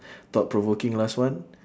thought-provoking last one